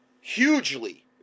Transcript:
Hugely